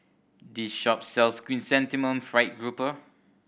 this shop sells Chrysanthemum Fried Grouper